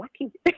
lucky